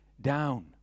down